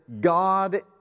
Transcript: God